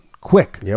quick